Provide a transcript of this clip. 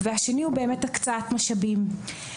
והשני, הקצאת משאבים.